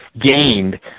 gained